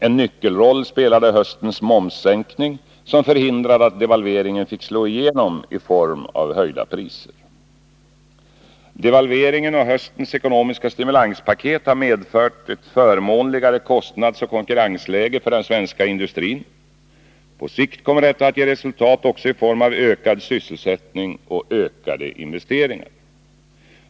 En nyckelroll spelade höstens momssänkning, som förhindrade att devalveringen fick slå igenom i form av höjda priser. Devalveringen och höstens ekonomiska stimulanspaket har medfört ett förmånligare kostnadsoch konkurrensläge för den svenska industrin. På sikt kommer detta att ge resultat också i form av ökad sysselsättning och ökade investeringar.